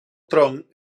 tronc